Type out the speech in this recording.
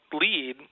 lead